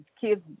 kids